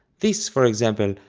this, for example,